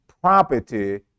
property